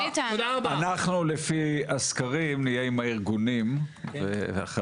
אנחנו לפי הסקרים נהיה עם הארגונים אחרי